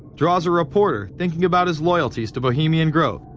draws a reporter thinking about his loyalties to bohemian grove.